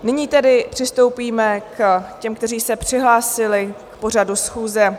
Nyní tedy přistoupíme k těm, kteří se přihlásili k pořadu schůze.